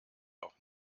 auch